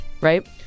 right